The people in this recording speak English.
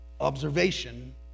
observation